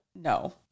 No